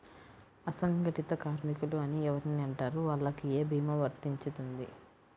అసంగటిత కార్మికులు అని ఎవరిని అంటారు? వాళ్లకు ఏ భీమా వర్తించుతుంది?